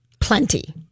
plenty